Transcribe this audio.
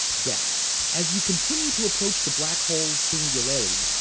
death. as you continue to approach the black hole's singularity,